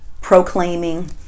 proclaiming